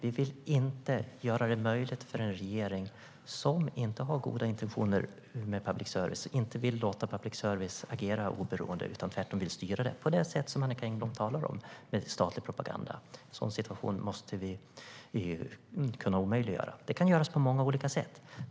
Vi vill inte göra detta möjligt för en regering som inte har goda intentioner med public service och inte vill låta public service agera oberoende utan tvärtom vill styra det med statlig propaganda, på det sätt som Annicka Engblom talade om. En sådan situation måste vi omöjliggöra, och det kan göras på många olika sätt.